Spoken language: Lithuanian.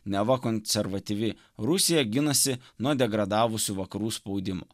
neva konservatyvi rusija ginasi nuo degradavusių vakarų spaudimo